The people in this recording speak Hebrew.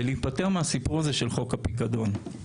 ולהיפטר מהסיפור הזה של חוק הפיקדון.